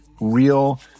real